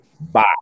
bye